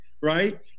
right